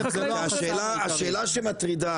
--- השאלה שמטרידה